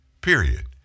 period